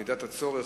בשעת הצורך,